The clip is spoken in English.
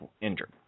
injured